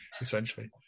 essentially